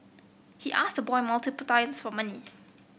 he asked the boy multiple times for money